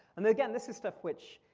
and again, this is stuff which,